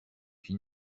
qui